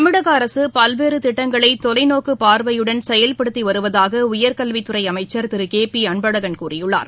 தமிழக அரசு பல்வேறு திட்டங்களை தொலைநோக்கு பார்வையுடன் செயல்படுத்தி வருவதாக உயர்கல்வித் துறை அமைச்சர் திரு கே பி அன்பழகன் கூறியுள்ளார்